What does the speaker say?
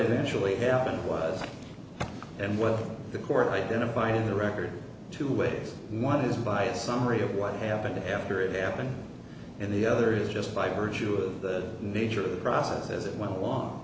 eventually happened was and well the court identifying the record two ways one is by a summary of what happened after it happened and the other is just by virtue of the nature of the process as it went along